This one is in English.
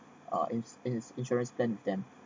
uh it's it's insurance plan them